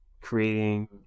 creating